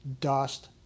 dust